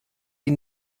die